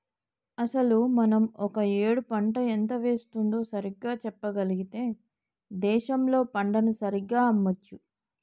అసలు మనం ఒక ఏడు పంట ఎంత వేస్తుందో సరిగ్గా చెప్పగలిగితే దేశంలో పంటను సరిగ్గా అమ్మొచ్చు